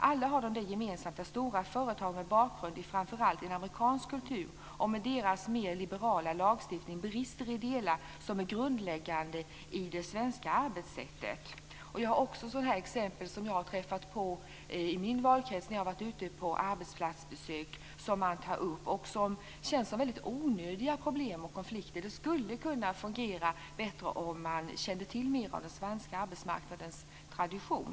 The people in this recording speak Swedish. Alla har det gemensamt att stora företag med bakgrund i framför allt en amerikansk kultur och med mer liberal lagstiftning brister i delar som är grundläggande i det svenska arbetssättet. Jag har också träffat på exempel i min valkrets när jag har varit ute på arbetsplatsbesök som känns som väldigt onödiga problem och konflikter. Det skulle kunna fungera bättre om man kände till mer av den svenska arbetsmarknadens tradition.